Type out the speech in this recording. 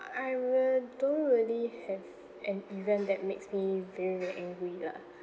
I don't really have an event that makes me very very angry lah